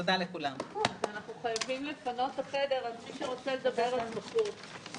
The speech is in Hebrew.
הישיבה ננעלה בשעה 12:56.